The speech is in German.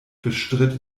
bestritt